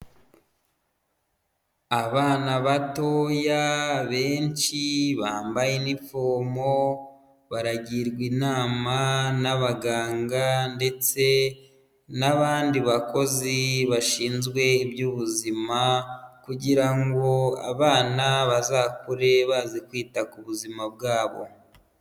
Abana batoya benshi bambaye inifomo, baragirwa inama n'abaganga ndetse n'abandi bakozi bashinzwe iby'ubuzima kugira ngo abana bazakure bazi kwita ku buzima bwabo.